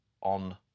on